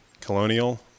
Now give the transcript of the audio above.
colonial